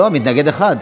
לא, מתנגד אחד.